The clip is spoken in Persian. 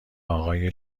آقای